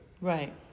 Right